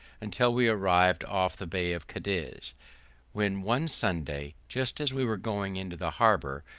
until we arrived off the bay of cadiz when one sunday, just as we were going into the harbour,